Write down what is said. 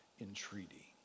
entreaty